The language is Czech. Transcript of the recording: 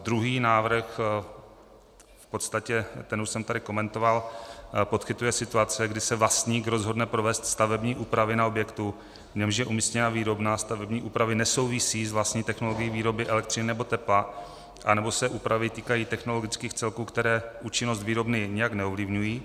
Druhý návrh, v podstatě ten už jsem tady komentoval, podchycuje situace, kdy se vlastník rozhodne provést stavební úpravy na objektu, v němž je umístěna výrobna, a stavební úpravy nesouvisí s vlastní technologií výroby elektřiny nebo tepla, anebo se úpravy týkají technologických celků, které účinnost výrobny nijak neovlivňují.